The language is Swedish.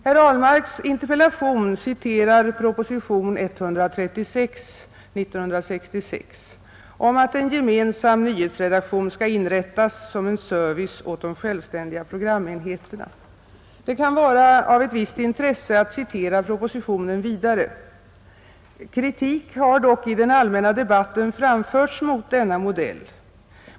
Herr Ahlmarks interpellation citerar propositionen 1966:136 om att en gemensam nyhetsredaktion skall inrättas som en service åt de självständiga programenheterna. Det kan vara av ett visst intresse att citera propositionen vidare: ”Kritik har dock i den allmänna debatten framförts mot denna modell.